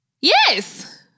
Yes